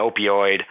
opioid